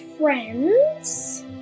friends